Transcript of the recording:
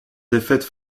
défaite